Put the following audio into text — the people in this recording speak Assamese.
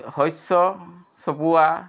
শস্য চপোৱা